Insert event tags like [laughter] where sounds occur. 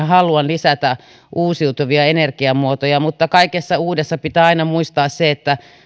[unintelligible] haluan lisätä uusiutuvia energiamuotoja mutta kaikessa uudessa pitää aina muistaa se että